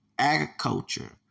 Agriculture